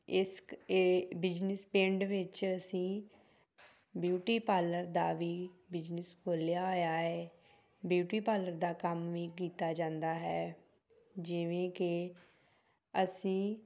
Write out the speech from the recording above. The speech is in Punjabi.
ਇਸ ਕ ਬਿਜਨਿਸ ਪਿੰਡ ਵਿੱਚ ਅਸੀਂ ਬਿਊਟੀ ਪਾਰਲਰ ਦਾ ਵੀ ਬਿਜਨਿਸ ਖੋਲ੍ਹਿਆ ਹੋਇਆ ਹੈ ਬਿਊਟੀ ਪਾਰਲਰ ਦਾ ਕੰਮ ਵੀ ਕੀਤਾ ਜਾਂਦਾ ਹੈ ਜਿਵੇਂ ਕਿ ਅਸੀਂ